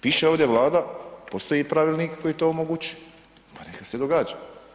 Piše ovdje Vlada, postoji i pravilnik koji to omogućuje, pa neka se događa.